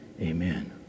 Amen